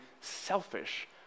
selfish